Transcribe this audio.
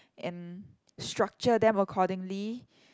and structure them accordingly